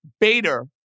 Bader